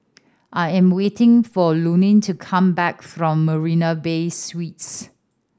I am waiting for Lurline to come back from Marina Bay Suites